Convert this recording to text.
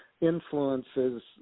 influences